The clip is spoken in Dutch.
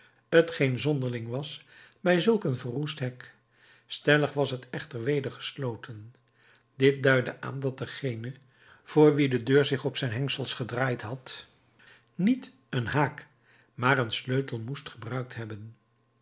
t geen zonderling was bij zulk een verroest hek stellig was het echter weder gesloten dit duidde aan dat degene voor wien deze deur zich op zijn hengsels gedraaid had niet een haak maar een sleutel moest gebruikt hebben